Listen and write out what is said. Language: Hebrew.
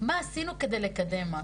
מה עשינו כדי לקדם משהו,